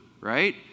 right